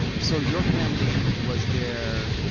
so, your family was there,